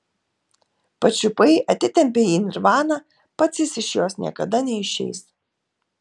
pačiupai atitempei į nirvaną pats jis iš jos niekada neišeis